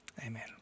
amen